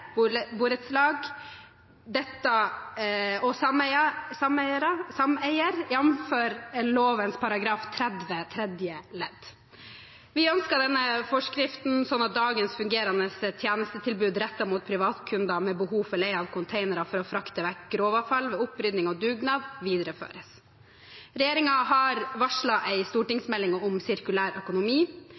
sameier, jf. loven § 30 tredje ledd. Vi ønsket denne forskriften slik at dagens fungerende tjenestetilbud rettet mot privatkunder med behov for leie av containere for å frakte vekk grovavfall ved opprydding og dugnad, videreføres. Regjeringen har varslet en stortingsmelding om sirkulær økonomi.